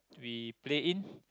we play in